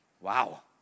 Wow